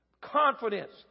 confidence